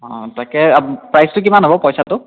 অঁ তাকে প্ৰাইচটো কিমান হ'ব পইচটো